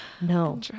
No